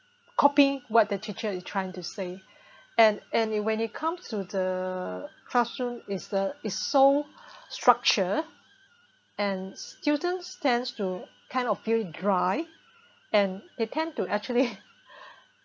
copy what the teacher is trying to say and and it when it comes to the classroom is the is so structure and students tends to kind of feel dry and it tend to actually